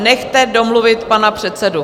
Nechte domluvit pana předsedu.